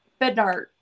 Bednar